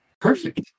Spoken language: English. Perfect